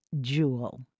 Jewel